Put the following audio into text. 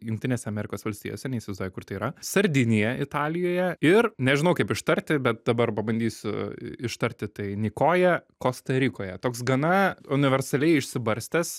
jungtinėse amerikos valstijose neįsivaizduoju kur tai yra sardinija italijoje ir nežinau kaip ištarti bet dabar pabandysiu ištarti tai nikoja kosta rikoje toks gana universaliai išsibarstęs